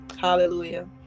hallelujah